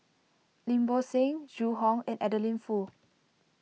Lim Bo Seng Zhu Hong and Adeline Foo